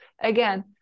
again